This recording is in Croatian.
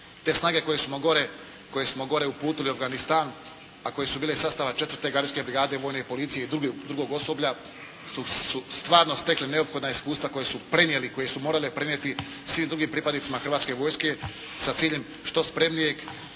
Te snage koje smo gore uputili u Afganistan a koje su bile sastava 4. gardijske brigade vojne policije i drugog osoblja su stvarno stekle neophodna iskustva koje su prenijele, koje su morali prenijeti svim drugim pripadnicima Hrvatske vojske sa ciljem što spremnijeg